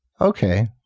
Okay